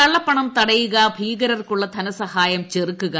കള്ളപ്പണം തടയുക ഭീകരർക്കുള്ള ധനസഹായം ചെറുക്കുക